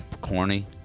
corny